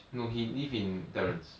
no he live in terrace